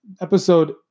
episode